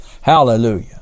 Hallelujah